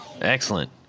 Excellent